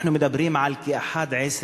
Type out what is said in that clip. אנחנו מדברים על כ-11,000